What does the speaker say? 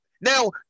now